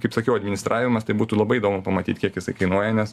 kaip sakiau administravimas tai būtų labai įdomu pamatyt kiek jis kainuoja nes